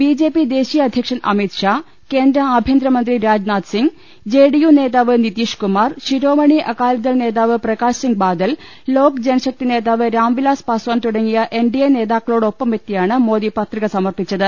BJP ദേശീയ അധ്യ ക്ഷൻ അമിത്ഷാ കേന്ദ്ര ആഭ്യന്ത്രമന്ത്രി രാജ്നാഥ് സിംഗ് ജെഡിയു നേതാവ് നിതീഷ്കുമാർ ശിരോമ്ണി അകാലിദൾ നേതാവ് പ്രകാ ശ്സിംഗ് ബാദൽ ല്വോക്ജനശക്തി നേതാവ് രാംവിലാസ് പാസ്വാൻ തുടങ്ങി എൻഡിഎ് നേതാക്കളോടൊപ്പമെത്തിയാണ് മോദി പത്രിക സമർപ്പിച്ചത്